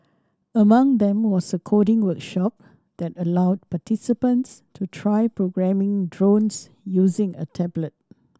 among them was a coding workshop that allowed participants to try programming drones using a tablet